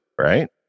right